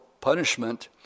punishment